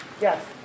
Yes